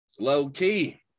Low-key